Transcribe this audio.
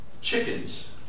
chickens